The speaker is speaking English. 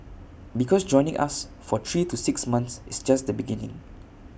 because joining us for three to six months is just the beginning